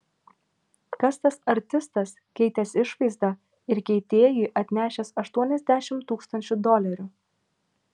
kas tas artistas keitęs išvaizdą ir keitėjui atnešęs aštuoniasdešimt tūkstančių dolerių